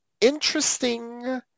interesting